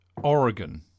oregon